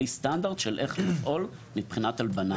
בלי סטנדרט של איך לפעול מבחינת הלבנת הון.